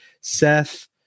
Seth